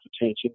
attention